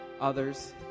others